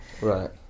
Right